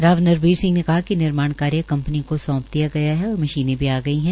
राव नरबीर सिंह ने कहा कि निर्माण कार्य कंपनी को सौंप दिया गया है और मशीनें भी आ गई है